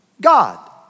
God